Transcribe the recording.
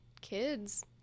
kids